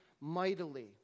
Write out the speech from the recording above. mightily